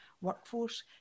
workforce